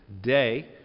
day